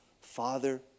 Father